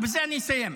בזה אני מסיים.